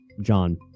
John